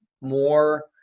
more